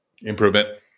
Improvement